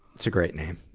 it's a great name.